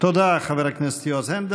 תודה, חבר הכנסת יועז הנדל.